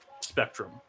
spectrum